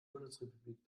bundesrepublik